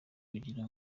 kugira